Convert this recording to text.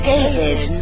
David